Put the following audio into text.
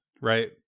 right